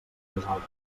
nosaltres